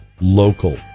local